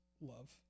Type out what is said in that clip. love